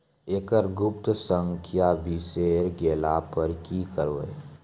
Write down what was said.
एकरऽ गुप्त संख्या बिसैर गेला पर की करवै?